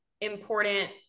important